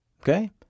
Okay